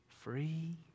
Free